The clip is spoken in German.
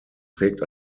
trägt